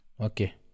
Okay